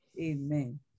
Amen